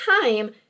time